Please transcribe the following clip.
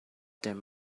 them